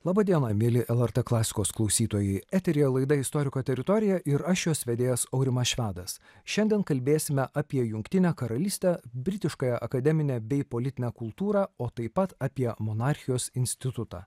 laba diena mieli lrt klasikos klausytojai eteryje laida istoriko teritorija ir aš jos vedėjas aurimas švedas šiandien kalbėsime apie jungtinę karalystę britiškąją akademinę bei politinę kultūrą o taip pat apie monarchijos institutą